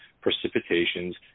precipitations